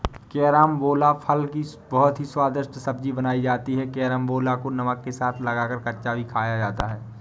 carambola फल की बहुत ही स्वादिष्ट सब्जी बनाई जाती है कैरमबोला को नमक के साथ लगाकर कच्चा भी खाया जाता है